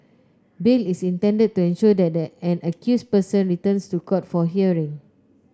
bail is intended to ensure that an accused person returns to court for hearing